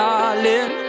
Darling